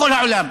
בכל העולם,